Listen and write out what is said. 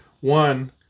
One